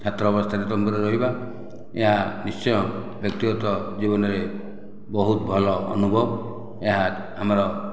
ଛାତ୍ର ଅବସ୍ଥାରେ ତମ୍ବୁରେ ରହିବା ଏହା ନିଶ୍ଚୟ ବ୍ୟକ୍ତିଗତ ଜୀବନରେ ବହୁତ ଭଲ ଅନୁଭବ ଏହା ଆମର